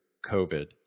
COVID